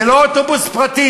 זה לא אוטובוס פרטי,